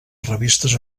revistes